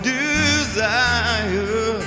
desire